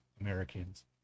Americans